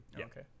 okay